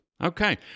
Okay